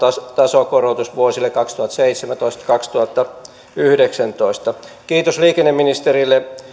tasokorotus vuosille kaksituhattaseitsemäntoista viiva kaksituhattayhdeksäntoista kiitos liikenneministerille